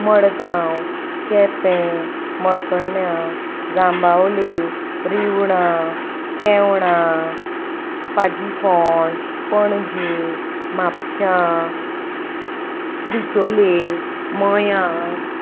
मडगांव केपें मळकर्ण्यां जांबावले रिवणां केेवणां पाजीफोंड पणजे म्हापशां बिचोले मयां